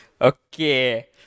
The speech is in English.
Okay